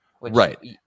Right